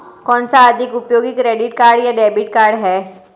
कौनसा अधिक उपयोगी क्रेडिट कार्ड या डेबिट कार्ड है?